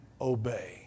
obey